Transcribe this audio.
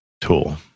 tool